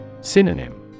Synonym